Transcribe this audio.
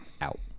out